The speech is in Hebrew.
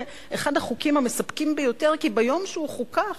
זה אחד החוקים המספקים ביותר, כי ביום שהוא חוקק